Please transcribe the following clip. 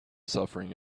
suffering